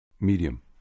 Medium